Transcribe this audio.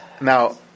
Now